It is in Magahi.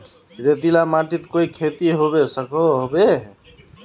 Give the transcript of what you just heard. रेतीला माटित कोई खेती होबे सकोहो होबे?